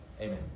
Amen